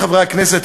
חברי חברי הכנסת,